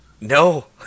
No